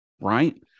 right